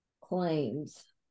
claims